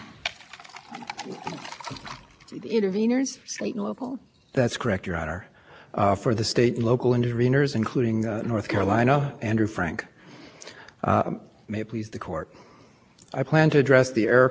as regards error correction e p a is use of the error correction provision here was fair reasonable and lawful once this court determined in the initial north carolina decision that it could not pick and choose any parts of care to preserve and then rule that the entire